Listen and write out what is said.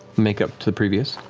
makeup to the previous,